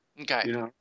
Okay